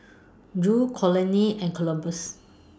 Judd Conley and Columbus